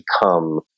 become